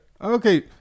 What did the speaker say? Okay